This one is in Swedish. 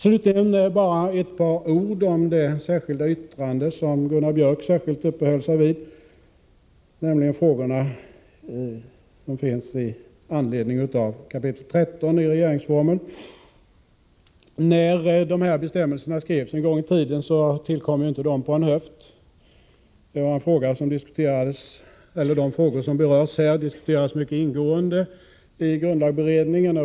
Slutligen bara ett par ord om det särskilda yttrande som Gunnar Biörck i Värmdö speciellt uppehöll sig vid, nämligen yttrandet med anledning av 13 kap. i regeringsformen. När bestämmelserna en gång i tiden skrevs tillkom de inte på en höft. De frågor som berörs i 13 kap. diskuterades mycket ingående i grundlagberedningen.